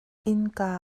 innka